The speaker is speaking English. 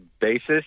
basis